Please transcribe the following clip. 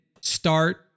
start